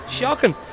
shocking